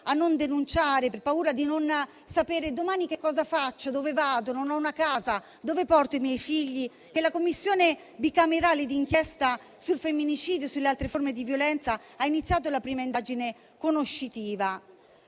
a non denunciare per paura di non sapere domani cosa fare o dove andare, senza una casa in cui portare i propri figli, che la Commissione bicamerale d'inchiesta sul femminicidio e sulle altre forme di violenza ha iniziato la prima indagine conoscitiva.